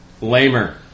lamer